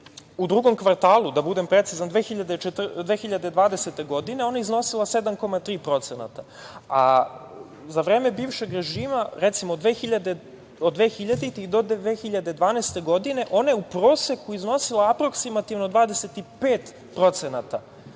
U drugom kvartalu, da budem precizan, 2020. godine ona je iznosila 78,3%, a za vreme bivšeg režima, recimo od 2000. do 2012. godine ona je u proseku iznosila aproksimativno 25%,